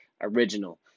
original